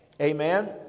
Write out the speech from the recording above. Amen